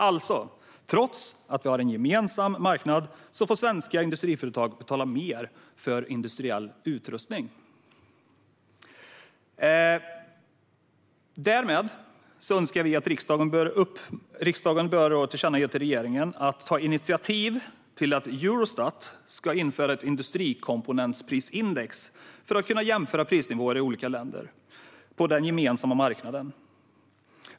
Alltså, trots att vi har en gemensam marknad får svenska industriföretag betala mer för industriell utrustning. Därmed önskar vi att riksdagen bör tillkännage till regeringen att ta initiativ till att Eurostat ska införa ett industrikomponentsprisindex för att kunna jämföra prisnivåer i olika länder på den gemensamma marknaden.